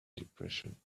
depression